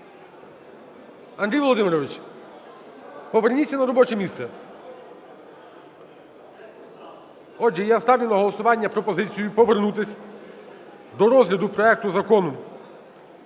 Андрій Володимирович, поверніться на робоче місце. Отже, я ставлю на голосування пропозицію повернутись до розгляду проекту Закону